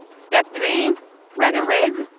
step three rent a rig,